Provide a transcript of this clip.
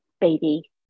baby